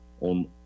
on